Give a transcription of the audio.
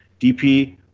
DP